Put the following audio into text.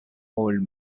old